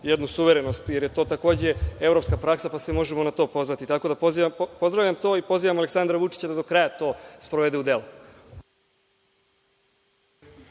jednu suverenost, jer je to takođe evropska praksa, pa se možemo na to pozvati, tako da pozdravljam to i pozivam Aleksandra Vučića da do kraja to sprovede u delo.